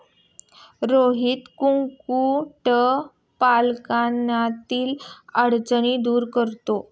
रोहित कुक्कुटपालनातील अडचणी दूर करतो